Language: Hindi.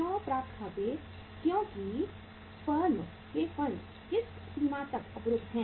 क्योंकि प्राप्त खाते क्योंकि फर्म के फंड्स किस सीमा तक अवरुद्ध हैं